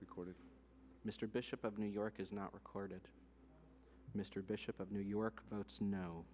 record of mr bishop of new york is not recorded mr bishop of new york but it's no